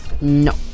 No